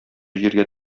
җиргә